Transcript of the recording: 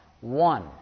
one